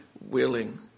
willing